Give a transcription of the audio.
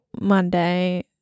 Monday